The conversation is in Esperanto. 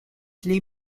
pli